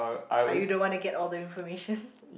are you the one that get all the information